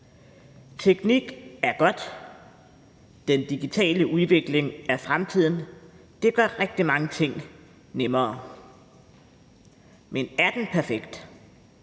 Teknik er godt, den digitale udvikling er fremtiden, det gør rigtig mange ting nemmere, men er den perfekt?